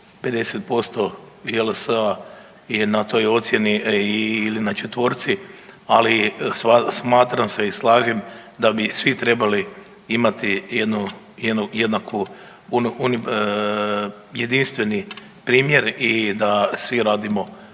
50% JLS-a je na toj ocijeni ili na četvorci, ali smatram se i slažem da bi svi trebali imati jednu, jednu jednaku jedinstveni primjer i da svi radimo